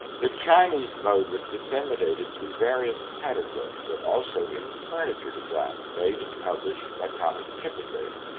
the chinese mode was disseminated through various pattern books, but also in furniture designs made and published by thomas chippendale.